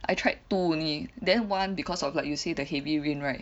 I tried two only then one because of like you say the heavy rain right